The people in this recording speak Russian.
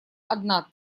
одна